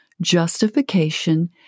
justification